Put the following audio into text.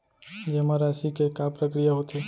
जेमा राशि के का प्रक्रिया होथे?